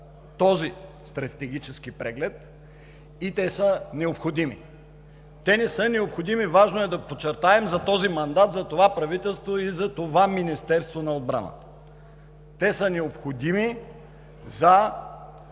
този стратегически преглед и те са необходими. Те не са необходими, важно е да подчертаем, за този мандат, за това правителство и за това Министерство на отбраната, те са необходими за